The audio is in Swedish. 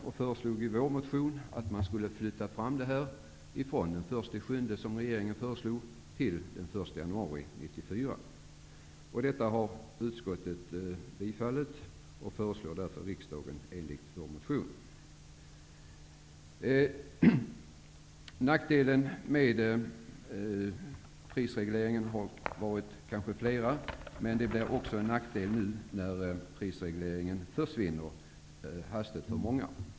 Vi föreslog i vår motion att man skulle flytta fram ändringen från den 1 juli 1994. Detta har utskottet tillstyrkt, och man lämnar ett förslag till riksdagen i enlighet med vår motion. Nackdelarna med prisregleringen har kanske varit flera, men det blir ytterligare en nackdel nu när prisregleringen hastigt försvinner för många.